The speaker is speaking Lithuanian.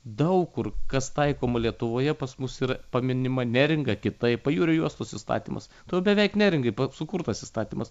daug kur kas taikoma lietuvoje pas mus ir paminima neringa kitaip pajūrio juostos įstatymas to beveik neringai sukurtas įstatymas